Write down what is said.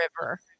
river